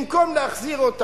במקום להחזיר אותם,